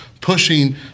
pushing